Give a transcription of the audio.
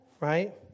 right